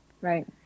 Right